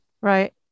Right